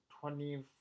twenty